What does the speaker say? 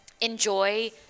enjoy